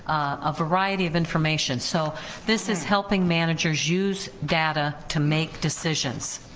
a variety of information, so this is helping managers use data to make decisions.